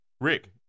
Rick